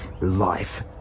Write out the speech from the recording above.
life